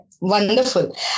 Wonderful